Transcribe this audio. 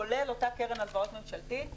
כולל אותה קרן הלוואות ממשלתית,